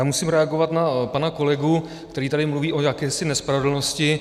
Já musím reagovat na pana kolegu, který tady mluví o jakési nespravedlnosti.